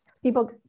People